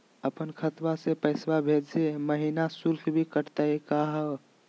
अपन खतवा से पैसवा भेजै महिना शुल्क भी कटतही का हो?